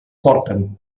porten